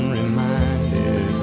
reminded